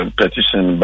petition